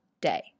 day